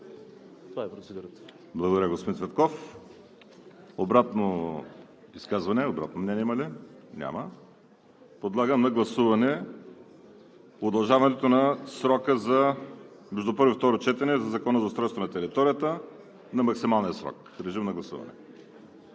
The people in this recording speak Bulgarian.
ВАЛЕРИ СИМЕОНОВ: Благодаря, господин Цветков. Обратно изказване, обратно мнение има ли? Няма. Подлагам на гласуване удължаването на срока между първо и второ четене на Закона за устройството на територията на максималния срок. Гласували